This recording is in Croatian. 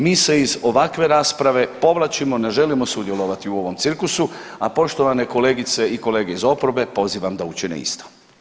Mi se iz ovakve rasprave povlačimo, ne želimo sudjelovati u ovom cirkusu, a poštovane kolegice i kolege iz oporbe pozivam da učine isto.